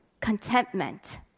contentment